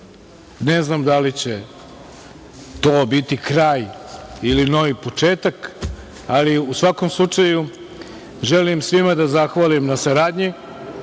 Ne znam da li će to biti kraj ili novi početak, ali u svakom slučaju želim svima da zahvalim na saradnji. Želim